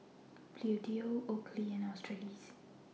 Bluedio Oakley and Australis